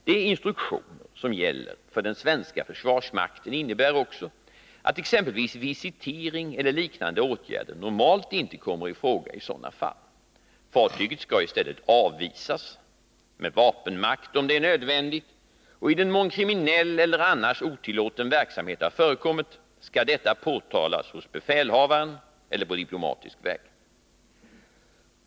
De instruktioner som gäller för den svenska försvarsmakten innebär också att exempelvis visitering eller liknande åtgärder normalt inte kommer i fråga i sådana fall. Fartyget skall i stället avvisas— med vapenmakt om det är nödvändigt — och i den mån kriminell eller annars otillåten verksamhet har förekommit skall detta påtalas hos befälhavaren eller på diplomatisk väg.